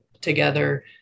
together